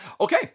Okay